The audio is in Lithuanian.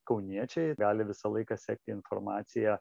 kauniečiai gali visą laiką sekti informaciją